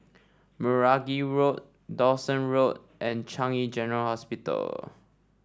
Meragi Road Dawson Road and Changi General Hospital